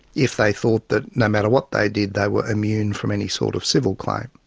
if they thought that no matter what they did, they were immune from any sort of civil claim.